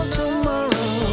tomorrow